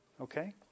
Okay